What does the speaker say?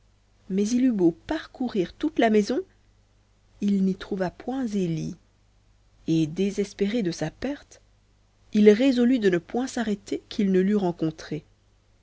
mais il eut beau parcourir toute la maison il n'y trouva point zélie et désespéré de sa perte il résolut de ne point s'arrêter qu'il ne l'eût rencontrée